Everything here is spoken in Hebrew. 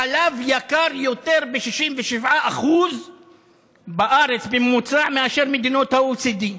החלב בארץ יקר יותר ב-67% בממוצע מבמדינות ה-OECD.